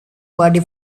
party